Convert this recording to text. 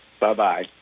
Bye-bye